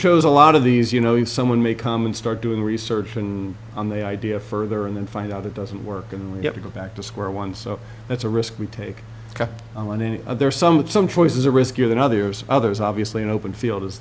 chose a lot of these you know if someone may come and start doing research and on the idea further and then find out it doesn't work and we have to go back to square one so that's a risk we take on any there are some that some choices are riskier than others others obviously an open field is